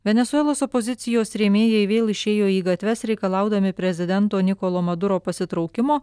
venesuelos opozicijos rėmėjai vėl išėjo į gatves reikalaudami prezidento nikolo maduro pasitraukimo